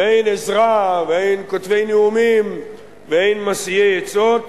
ואין עזרה, ואין כותבי נאומים, ואין משיאי עצות,